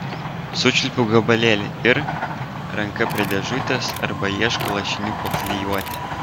sučiulpiau gabalėlį ir ranka prie dėžutės arba ieško lašinių po klijuotę